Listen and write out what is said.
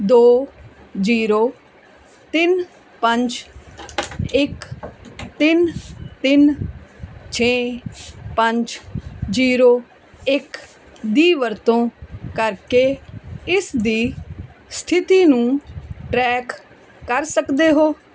ਦੋ ਜ਼ੀਰੋ ਤਿੰਨ ਪੰਜ ਇੱਕ ਤਿੰਨ ਤਿੰਨ ਛੇ ਪੰਜ ਜ਼ੀਰੋ ਇੱਕ ਦੀ ਵਰਤੋਂ ਕਰਕੇ ਇਸ ਦੀ ਸਥਿਤੀ ਨੂੰ ਟਰੈਕ ਕਰ ਸਕਦੇ ਹੋ